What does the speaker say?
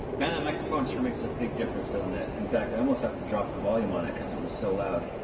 man, that microphone sure makes a big difference, doesn't it? in fact, i almost have to drop the volume on it because it was so loud.